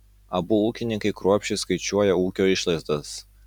abu ūkininkai kruopščiai skaičiuoja ūkio išlaidas